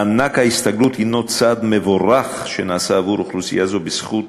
מענק ההסתגלות הוא צעד מבורך שנעשה עבור אוכלוסייה זו בזכות